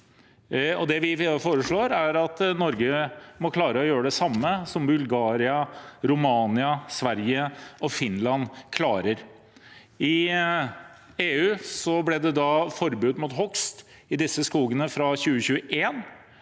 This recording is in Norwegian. vi foreslår, er at Norge må klare å gjøre det samme som Bulgaria, Romania, Sverige og Finland klarer. I EU ble det forbud mot hogst i disse skogene fra 2021.